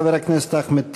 חבר הכנסת אחמד טיבי.